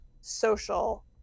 social